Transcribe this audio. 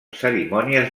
cerimònies